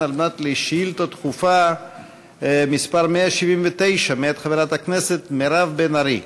על מנת להשיב על שאילתה דחופה מס' 179 מאת חברת הכנסת מירב בן ארי.